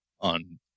on